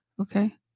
Okay